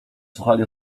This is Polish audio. słuchali